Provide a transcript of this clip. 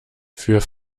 für